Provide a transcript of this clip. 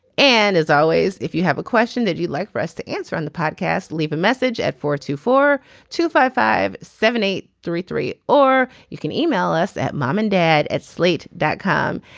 and as always if you have a question that you'd like for us to answer on the podcast leave a message at four two four two five five seven eight three three. or you can email us at mom and dad at slate dot com.